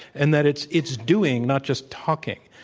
and that it's it's doing, not just talking,